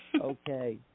Okay